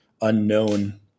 unknown